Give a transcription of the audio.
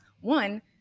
One